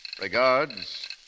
Regards